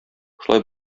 шулай